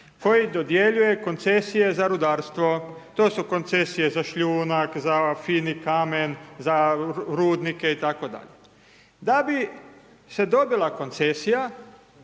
koji je dodjeljuje koncesije za rudarstvo. To su koncesije za šljunak, za fini kamen, za rudnike i tako dalje. Da bi se dobila koncesija,